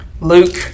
Luke